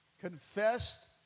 confessed